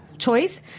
choice